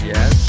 Yes